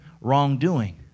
wrongdoing